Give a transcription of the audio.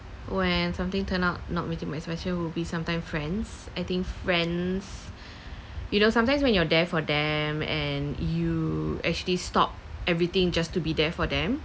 when something turn out not meeting my expectation would be sometime friends I think friends you know sometimes when you're there for them and you actually stop everything just to be there for them